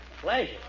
pleasure